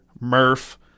Murph